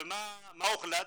ומה הוחלט?